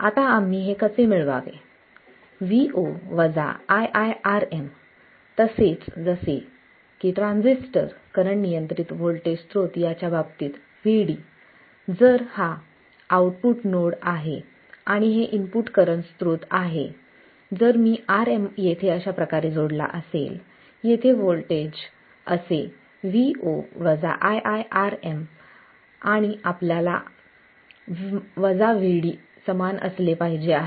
आता आम्ही हे कसे मिळवावे Vo ii Rm तसेच जसे की ट्रान्झिस्टर करंट नियंत्रित व्होल्टेज स्रोत याच्या बाबतीत Vd जर हा आउटपुट नोड आहे आणि हे इनपुट करंट स्रोत आहे जर मी Rm येथे अशाप्रकारे जोडला असेल येथे वोल्टेज असे Vo ii Rm आणि आपल्याला आहे Vd समान पाहिजे आहे